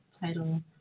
title